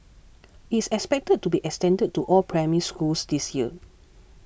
it is expected to be extended to all Primary Schools this year